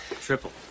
Triple